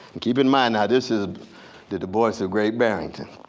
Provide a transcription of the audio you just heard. keep in mind now this is the du bois of great barrington.